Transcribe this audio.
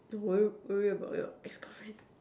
no worry worry about your ex girlfriend